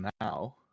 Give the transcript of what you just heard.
now